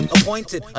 Appointed